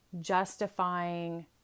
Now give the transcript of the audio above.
justifying